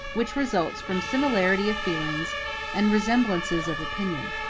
which results from similarity of feelings and resemblances of opinion.